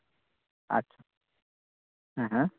ᱟᱪᱪᱷᱟ ᱦᱮᱸ ᱦᱮᱸ